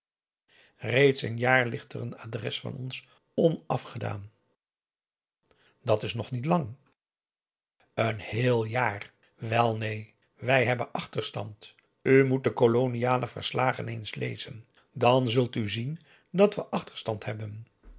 reeds een jaar ligt er een adres van ons onafgedaan dat is nog niet lang een heel jaar wel neen wij hebben achterstand u moet de koloniale verslagen eens lezen dan kunt u zien dat we achterstand hebben